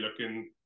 looking